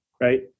Right